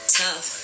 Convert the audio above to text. tough